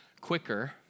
quicker